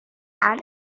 and